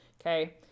okay